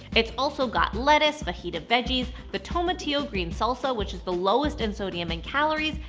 it's also got lettuce, fajita veggies, the tomatillo green salsa, which is the lowest in sodium and calories,